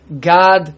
God